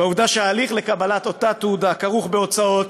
והעובדה שההליך לקבלת אותה תעודה כרוך בהוצאות,